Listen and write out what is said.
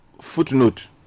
footnote